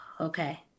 Okay